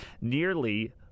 nearly